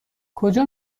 کجا